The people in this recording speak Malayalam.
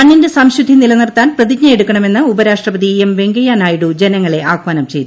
മണ്ണിന്റെ സംശുദ്ധി നിലനിർത്താൻ പ്രതിജ്ഞയെടുക്കണമെന്ന് ഉപരാഷ്ട്രപതി എം വെങ്കയ്യനായിഡു ജനങ്ങളെ ആഹ്വാനം ചെയ്തു